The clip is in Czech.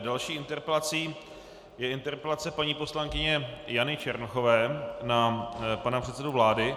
Další interpelací je interpelace paní poslankyně Jany Černochové na pana předsedu vlády.